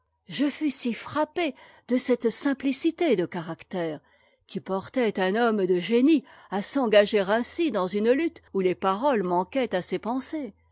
je fus si frappée de cette simplicité de caractère qui portait un homme de génie à s'engager ainsi dans une lutte où les paroles manquaient à ses pensées